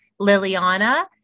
Liliana